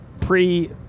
pre